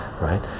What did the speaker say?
right